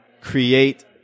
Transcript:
create